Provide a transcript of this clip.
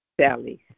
Sally